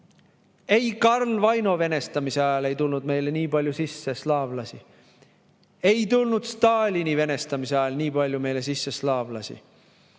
Ei Karl Vaino venestamise ajal ei tulnud meile nii palju sisse slaavlasi, ei tulnud Stalini venestamise ajal nii palju meile sisse slaavlasi,